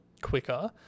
quicker